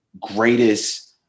greatest